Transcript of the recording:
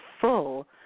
full